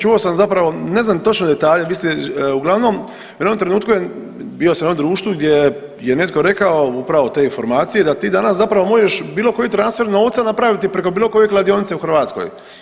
Čuo sam zapravo ne znam točno detalje vi ste, uglavnom u jednom trenutku je, bio sam u jednom društvu gdje je netko rekao upravo te informacije da ti danas zapravo možeš bilo koji transfer novca napraviti preko bilo koje kladionice u Hrvatskoj.